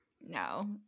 No